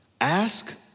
ask